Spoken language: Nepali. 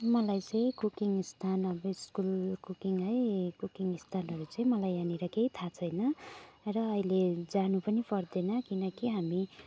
मलाई चाहिँ कुकिङ स्थान अब स्कुल कुकिङ है कुकिङ स्थलहरू चाहिँ मलाई यहाँनेर केही थाहा छैन र अहिले जानु पनि पर्दैन किनकि हामी